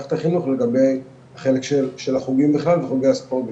מערכת החינוך לגבי החלק של החוגים בכלל וחוגי הספורט בפרט.